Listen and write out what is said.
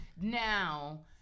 now